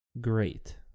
great